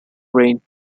rain